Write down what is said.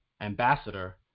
ambassador